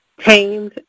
tamed